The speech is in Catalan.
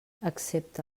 excepte